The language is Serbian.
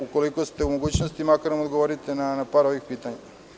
Ukoliko ste u mogućnosti, makar odgovorite na par ovih pitanja.